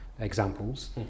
examples